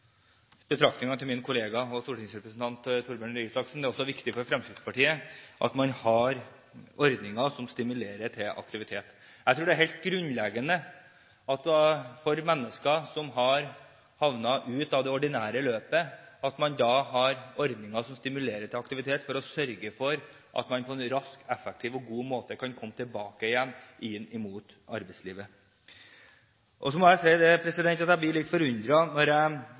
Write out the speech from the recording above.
betraktningene til min kollega, stortingsrepresentant Torbjørn Røe Isaksen. Det er også viktig for Fremskrittspartiet at man har ordninger som stimulerer til aktivitet. Jeg tror det er helt grunnleggende for mennesker som har havnet ut av det ordinære løpet, at man har ordninger som stimulerer til aktivitet, som sørger for at man på en rask, effektiv og god måte kan komme tilbake igjen, inn mot arbeidslivet. Så må jeg si at jeg blir litt forundret når jeg